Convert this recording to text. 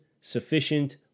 sufficient